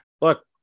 Look